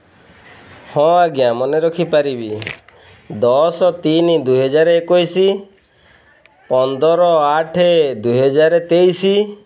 ହଁ ଆଜ୍ଞା ମନେ ରଖିପାରିବି ଦଶ ତିନି ଦୁଇହଜାର ଏକୋଇଶ ପନ୍ଦର ଆଠ ଦୁଇ ହଜାର ତେଇଶି